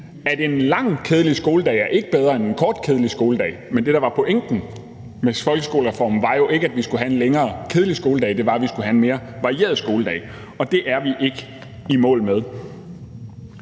at en lang kedelig skoledag ikke er bedre end en kort kedelig skoledag. Men det, der var pointen med folkeskolereformen, var jo ikke, at vi skulle have en længere kedelig skoledag, det var, at vi skulle have en mere varieret skoledag, og det er vi ikke i mål med.